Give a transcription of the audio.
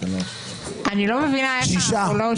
הצבעה לא אושרו.